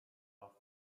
off